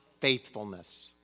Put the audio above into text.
faithfulness